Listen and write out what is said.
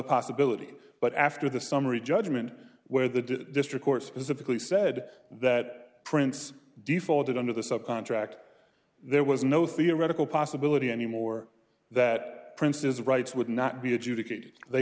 possibility but after the summary judgment where the district court specifically said that prince defaulted under the sub contract there was no theoretical possibility anymore that princes rights would not be a